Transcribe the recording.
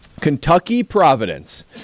Kentucky-Providence